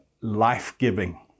life-giving